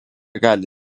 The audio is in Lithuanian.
gali